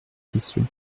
questions